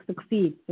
succeed